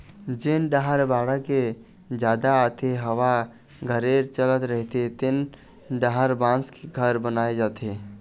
जेन डाहर बाड़गे जादा आथे, हवा गरेर चलत रहिथे तेन डाहर बांस के घर बनाए जाथे